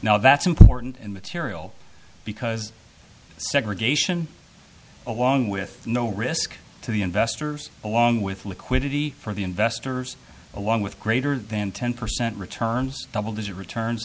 now that's important and material because segregation along with no risk to the investors along with liquidity for the investors along with greater than ten percent returns double digit returns